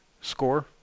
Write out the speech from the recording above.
score